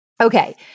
Okay